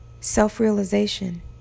self-realization